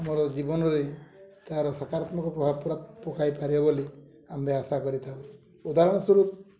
ଆମର ଜୀବନରେ ତା'ର ସକାରାତ୍ମକ ପ୍ରଭାବ ପୁରା ପକାଇ ପାରିବ ବୋଲି ଆମ୍ଭେ ଆଶା କରିଥାଉ ଉଦାହରଣ ସ୍ଵରୂପ